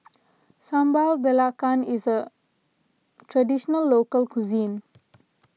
Sambal Belacan is a Traditional Local Cuisine